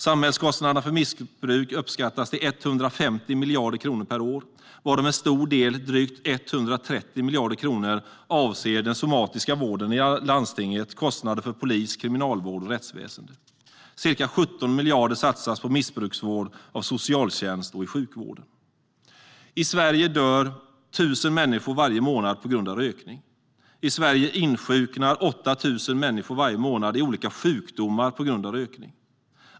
Samhällskostnaderna för missbruk uppskattas till 150 miljarder kronor per år, varav en stor del, drygt 130 miljarder kronor, avser den somatiska vården i landstinget och kostnader för polis, kriminalvård och rättsväsen. Ca 17 miljarder satsas på missbrukarvård av socialtjänsten och i sjukvården. I Sverige dör 1 000 människor varje månad på grund av rökning. I Sverige insjuknar 8 000 människor varje månad i olika sjukdomar på grund av rökning.